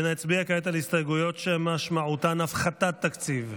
נצביע כעת על הסתייגויות שמשמעותן הפחתת תקציב.